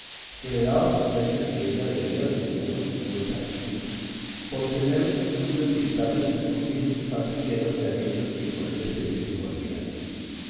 que le daba sospecha que ella debía de tener los cincuenta escuti por tener de costumbre visitar los escondrijos y faldriqueras de aquellos que con ella se envolvían